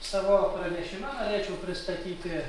savo pranešime norėčiau pristatyti